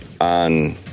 on